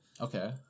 Okay